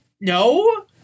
No